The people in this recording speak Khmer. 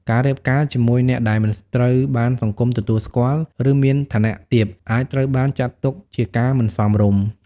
ការរៀបការជាមួយអ្នកដែលមិនត្រូវបានសង្គមទទួលស្គាល់ ឬមានឋានៈទាប អាចត្រូវបានចាត់ទុកជាការមិនសមរម្យ។